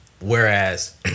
whereas